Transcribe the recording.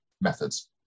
methods